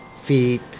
feet